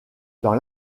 dans